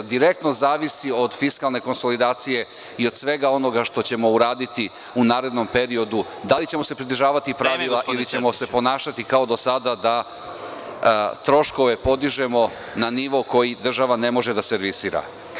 Direktno zavisi od fiskalne konsolidacije i od svega onoga što ćemo uraditi u narednom periodu da li ćemo se pridržavati pravila ili ćemo se ponašati kao do sada, da troškove podižemo na nivo koji država ne može da servisira.